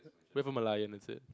wait for Merlion is it